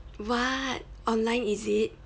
what online is it